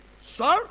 sir